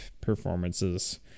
performances